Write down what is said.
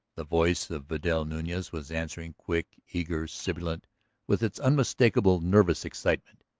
the voice of vidal nunez was answering, quick, eager, sibilant with its unmistakable nervous excitement.